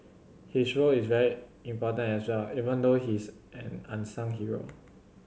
his role is very important as well even though he's an unsung hero